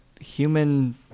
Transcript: human